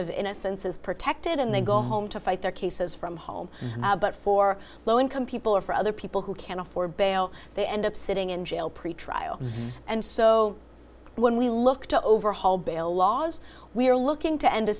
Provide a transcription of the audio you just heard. of innocence is protected and they go home to fight their cases from home but for low income people or for other people who can't afford bail they end up sitting in jail pretrial and so when we look to overhaul bail laws we're looking to end